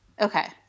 Okay